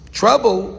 trouble